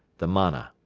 the mana.